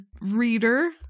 reader